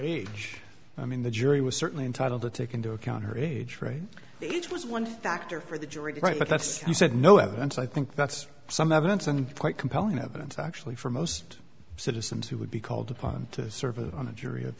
age i mean the jury was certainly entitled to take into account her age for the age was one factor for the jury to write but that's he said no evidence i think that's some evidence and quite compelling evidence actually for most citizens who would be called upon to serve on a jury of